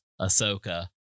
Ahsoka